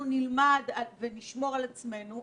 אנחנו נלמד ונשמור על עצמנו.